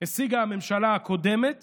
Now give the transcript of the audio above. השיגה הממשלה הקודמת